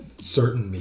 Certain